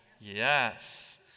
Yes